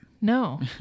no